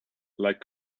like